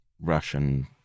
Russian